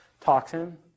toxin